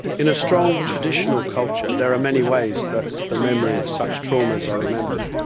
in a strong traditional culture there are many ways that the memory of such traumas are remembered,